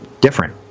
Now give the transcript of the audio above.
different